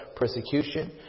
persecution